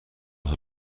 had